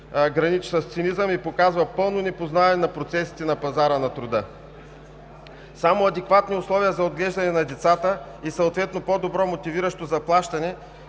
граничи с цинизъм и показва пълно непознаване на процесите на пазара на труда. Само адекватни условия за отглеждане на децата и по-добро, мотивиращо заплащане